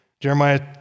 Jeremiah